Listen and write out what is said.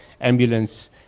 ambulance